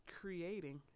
creating